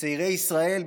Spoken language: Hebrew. צעירי ישראל,